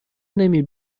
نمی